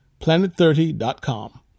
Planet30.com